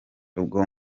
ubwo